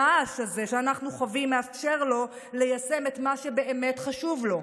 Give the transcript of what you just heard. הרעש הזה שאנחנו חווים מאפשר לו ליישם את מה שבאמת חשוב לו: